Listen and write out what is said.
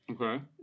Okay